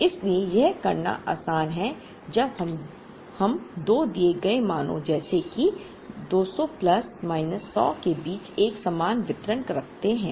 इसलिए यह करना आसान है जब हम दो दिए गए मानों जैसे कि 200 प्लस माइनस 100 के बीच एक समान वितरण करते हैं